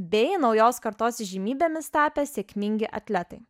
bei naujos kartos įžymybėmis tapę sėkmingi atletai